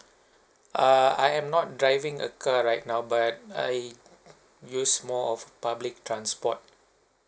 err I am not driving a car right now but I use more of public transport